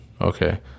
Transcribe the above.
Okay